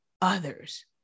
others